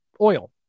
Oil